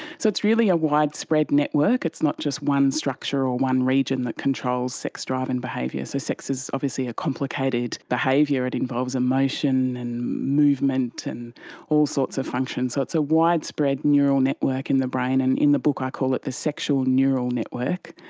so it's really a widespread network, it's not just one structure or one region that controls sex drive and behaviour, so sex is obviously a complicated behaviour, it involves emotion and movement and all sorts of functions, so it's a widespread neural network in the brain, and in the book i call it the sexual neural network,